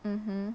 mmhmm